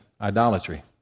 idolatry